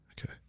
Okay